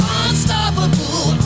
unstoppable